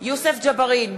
יוסף ג'בארין,